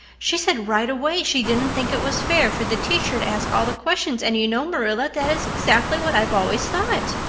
she said right away she didn't think it was fair for the teacher to ask all the questions, and you know, marilla, that is exactly what i've always thought.